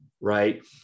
right